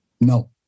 No